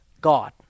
God